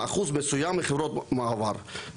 אחוז מסוים מחברות מעבר.